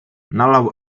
nalał